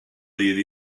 ddydd